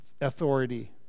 authority